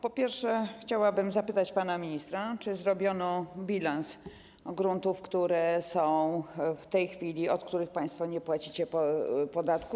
Po pierwsze, chciałabym zapytać pana ministra, czy zrobiono bilans gruntów, od których w tej chwili państwo nie płacicie podatku.